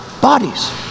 bodies